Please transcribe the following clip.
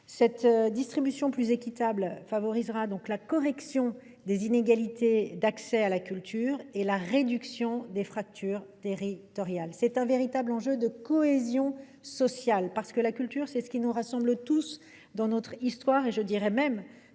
Cette distribution plus équitable facilitera la correction des inégalités d’accès à la culture et la réduction des fractures territoriales. Il s’agit d’un véritable enjeu de cohésion sociale, car la culture est ce qui nous rassemble tous, dans notre histoire, dans nos